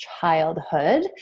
childhood